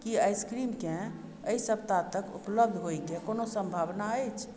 की आइसक्रीमके एहि सप्ताह तक उपलब्ध होइ के कोनो सम्भावना अछि